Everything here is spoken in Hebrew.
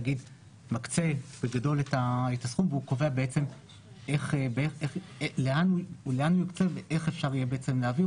שמקצה בגדול את הסכום וקובע לאן יוקצה ואיך אפשר יהיה להעביר